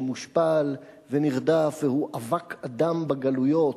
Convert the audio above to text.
המושפל והנרדף והוא אבק אדם בגלויות,